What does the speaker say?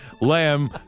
lamb